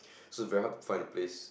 so it's very hard to find the place